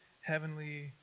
heavenly